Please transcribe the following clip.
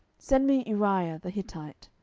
send me uriah the hittite.